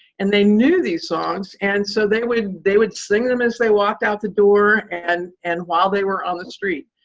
and they knew the songs, and so they would they would sing them as they walked out the door and and while they were on the street.